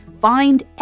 find